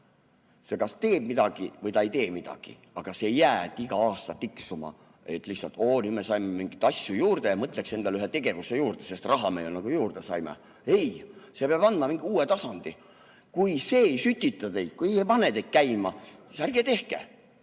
See kas teeb midagi või ta ei tee midagi, aga see ei jää iga aasta tiksuma, et oo, nüüd me saime mingeid asju juurde ja mõtleks endale ühe tegevuse juurde, sest me saime raha juurde. Ei, see peab andma mingi uue tasandi. Kui see ei sütita teid, kui see ei pane teid käima, siis ärge tehke.